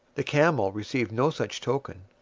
the camel received no such token,